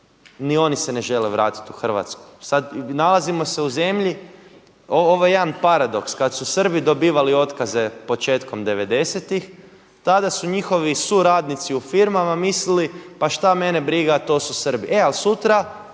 ni oni se ne žele vratiti u Hrvatsku. Sad nalazimo se u zemlji, ovo je jedan paradoks. Kad su Srbi dobivali otkaze početkom devedesetih tada su njihovi suradnici u firmama mislili pa šta mene briga to su Srbi. E al' sutra